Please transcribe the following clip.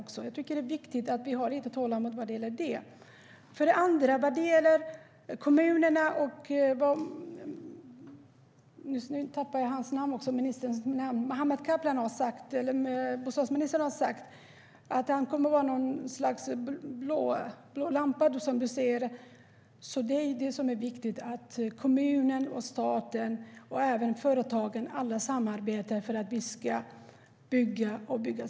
Jag tycker att det är viktigt att vi har lite tålamod vad gäller det. Vad gäller kommunerna och vad Mehmet Kaplan har sagt - att han kommer att vara någon sorts blåslampa, som Nina Lundström säger - är det viktiga att kommunerna, staten och företagen alla samarbetar för att vi ska bygga i Sverige.